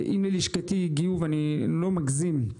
אם ללשכתי הגיעו, ואני לא מגזים,